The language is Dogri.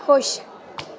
खुश